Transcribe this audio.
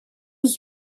was